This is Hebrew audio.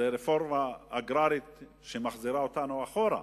זאת רפורמה אגררית שמחזירה אותנו אחורה.